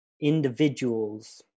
individuals